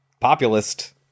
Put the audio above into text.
Populist